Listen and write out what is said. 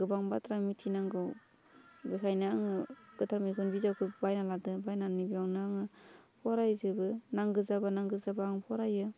गोबां बाथ्रा मिथिनांगौ बेखायनो आङो गोथार मैखुन बिजाबखौ बायना लादों बायनानै बेयावनो आङो फरायजोबो नांगौ जाबा नांगौ जाबा आं फरायो